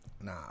Nah